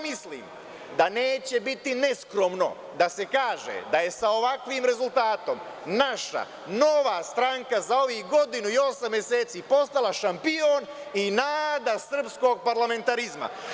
Mislim da neće biti neskromno da se kaže da je sa ovakvim rezultatom naša Nova stranka za ovih godinu i osam meseci postala šampion i nada srpskog parlamentarizma.